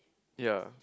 yea